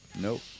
Nope